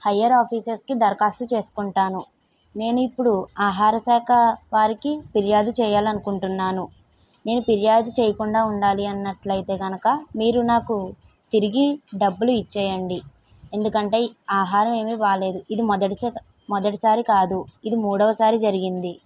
hire ఆఫీసర్స్కి దరఖాస్తు చేసుకుంటాను నేను ఇప్పుడు ఆహార శాఖ వారికి ఫిర్యాదు చేయాలని అనుకుంటున్నాను నేను ఫిర్యాదు చేయకుండా ఉండాలి అన్నట్టయితే కనుక మీరు నాకు తిరిగి డబ్బులు ఇచ్చేయండి ఎందుకంటే ఆహారం ఏమి బాలేదు ఇది మొదటి సా మొదటిసారి కాదు ఇది మూడవసారి జరిగింది